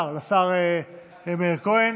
לשר מאיר כהן.